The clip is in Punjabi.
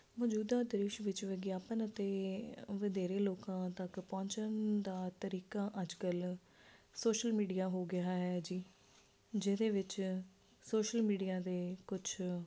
ਮੌਜੂਦਾ ਦ੍ਰਿਸ਼ ਵਿੱਚ ਵਿਗਿਆਪਨ ਅਤੇ ਵਧੇਰੇ ਲੋਕਾਂ ਤੱਕ ਪਹੁੰਚਣ ਦਾ ਤਰੀਕਾ ਅੱਜ ਕੱਲ੍ਹ ਸੋਸ਼ਲ ਮੀਡੀਆ ਹੋ ਗਿਆ ਹੈ ਜੀ ਜਿਹਦੇ ਵਿੱਚ ਸੋਸ਼ਲ ਮੀਡੀਆ ਦੇ ਕੁਛ